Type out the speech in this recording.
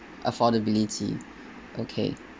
affordability okay